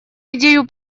идею